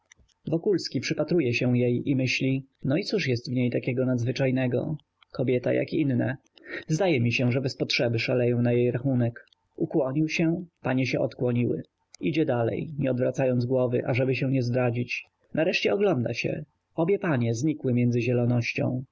rozmawia wokulski przypatruje się jej i myśli no i cóż jest w niej nadzwyczajnego kobieta jak inne zdaje mi się że bez potrzeby szaleję na jej rachunek ukłonił się panie się odkłoniły idzie dalej nie odwracając głowy ażeby się nie zdradzić nareszcie ogląda się obie panie znikły między